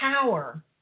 power